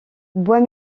bois